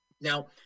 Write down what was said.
Now